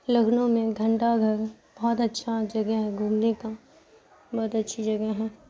لکھنؤ میں گھنٹہ گھر بہت اچھا جگہ ہے گھومنے کا بہت اچھی جگہ ہیں